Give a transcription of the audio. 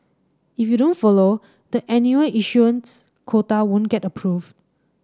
if you don't follow the annual issuance quota won't get approved